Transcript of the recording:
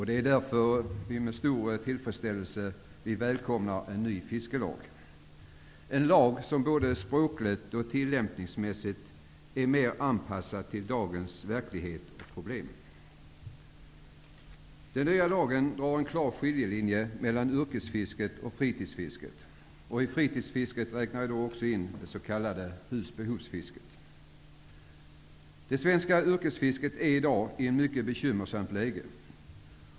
Det är därför med stor tillfredsställelse vi välkomnar en ny fiskelag, en lag som både språkligt och tillämpningsmässigt är mer anpassad till dagens verklighet och problem. Den nya lagen drar en klar skiljelinje mellan yrkesfisket och fritidsfisket, och i fritidsfisket räknar jag då också in det s.k. husbehovsfisket. Det svenska yrkesfisket befinner sig i dag i ett mycket bekymmersamt läge.